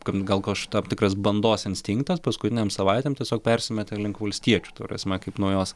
kad gal kažk tam tikras bandos instinktas paskutinėm savaitėm tiesiog persimetė link valstiečių ta prasme kaip naujos